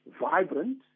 vibrant